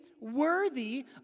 worthy